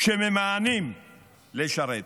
שממאנים לשרת.